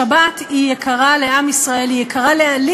השבת יקרה לעם ישראל, היא יקרה לי.